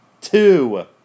Two